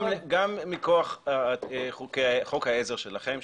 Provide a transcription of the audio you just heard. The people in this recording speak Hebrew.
גם מכוח חוק העזר שלכם,